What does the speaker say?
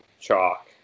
Chalk